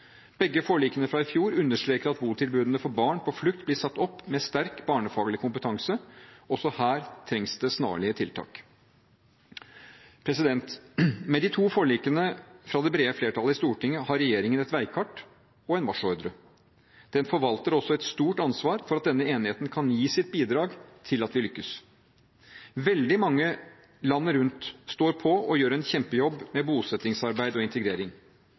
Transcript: Begge forlikene fra i fjor understreker at botilbudene for barn på flukt blir satt opp med sterk barnefaglig kompetanse. Også her trengs det snarlige tiltak. Med de to forlikene fra det brede flertallet i Stortinget har regjeringen et veikart og en marsjordre. Den forvalter også et stort ansvar for at denne enigheten kan gi sitt bidrag til at vi lykkes. Veldig mange landet rundt står på og gjør en kjempejobb med bosettingsarbeid og integrering.